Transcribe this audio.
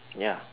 ya